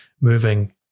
moving